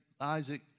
Isaac